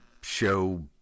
Show